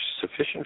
sufficient